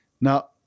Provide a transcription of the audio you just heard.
Now